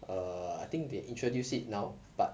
err I think they introduce it now but